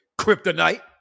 Kryptonite